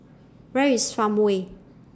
Where IS Farmway